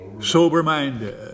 Sober-minded